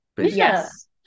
Yes